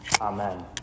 amen